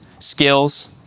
skills